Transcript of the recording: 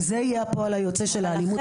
וזה יהיה הפועל היוצא של האלימות.